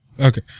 okay